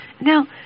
now